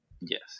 yes